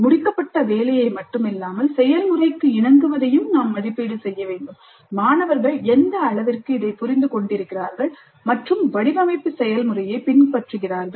முடிக்கப்பட்ட வேலையை மட்டுமல்லாமல் செயல்முறைக்கு இணங்குவதையும் நாம் மதிப்பீடு செய்ய வேண்டும் மாணவர்கள் எந்த அளவிற்கு இதை புரிந்துகொண்டிருக்கிறார்கள் மற்றும் வடிவமைப்பு செயல்முறையைப் பின்பற்றுகிறார்கள்